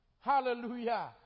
Hallelujah